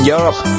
Europe